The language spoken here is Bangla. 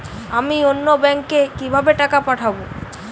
আমি অন্য ব্যাংকে কিভাবে টাকা পাঠাব?